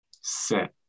set